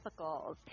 Tropicals